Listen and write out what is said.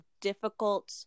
difficult